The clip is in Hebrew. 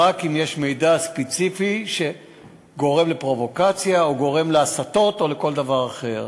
רק אם יש מידע ספציפי שגורם לפרובוקציה או גורם להסתות או לכל דבר אחר.